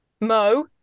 Mo